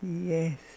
Yes